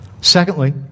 Secondly